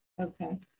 Okay